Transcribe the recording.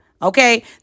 Okay